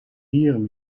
dieren